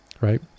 right